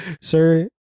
Sir